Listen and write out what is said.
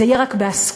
זה יהיה רק בהסכמה,